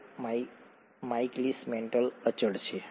એ Michaelis Menten અચળ છે